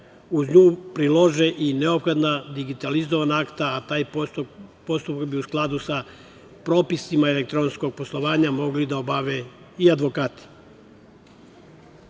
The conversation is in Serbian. uz nju prilože i neophodna digitalizovana akta, a taj postupak bi u skladu sa propisima elektronskog poslovanja mogli da obave i advokati. Pisani